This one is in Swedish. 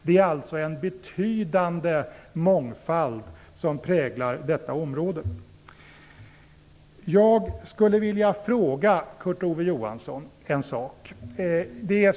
Det är alltså en betydande mångfald som präglar detta område. Johansson.